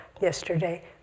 yesterday